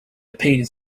peters